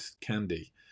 candy